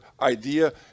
idea